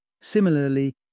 Similarly